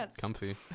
comfy